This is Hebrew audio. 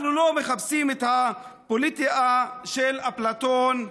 אנחנו לא מחפשים את הפוליטיאה של אפלטון,